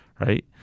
right